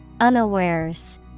Unawares